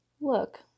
Look